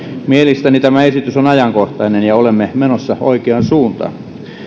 mielestäni tämä esitys on ajankohtainen ja olemme menossa oikeaan suuntaan